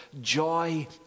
joy